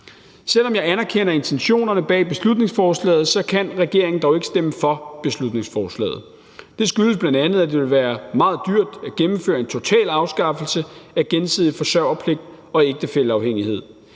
Selv om jeg anerkender intentionerne bag beslutningsforslaget, kan regeringen dog ikke stemme for beslutningsforslaget. Det skyldes bl.a., at det vil være meget dyrt at gennemføre en total afskaffelse af gensidig forsørgerpligt og ægtefælleafhængighed.